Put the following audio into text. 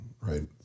right